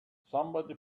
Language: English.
somebody